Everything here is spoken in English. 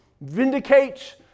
vindicate